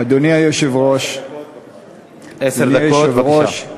הבא: הצעת חוק סבסוד קייטנות להורים עובדים בפריפריה,